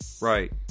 Right